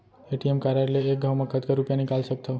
ATM card ले एक घव म कतका रुपिया निकाल सकथव?